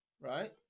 right